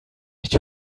nicht